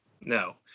No